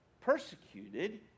persecuted